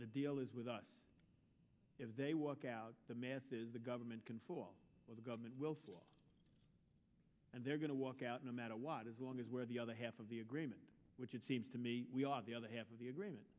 the deal is with us if they walk out the math is the government control or the government will fall and they're going to walk out no matter what as long as where the other half of the agreement which it seems to me the other half of the agreement